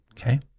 Okay